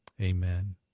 Amen